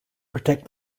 protect